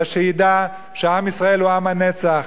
אלא שידע שעם ישראל הוא עם הנצח.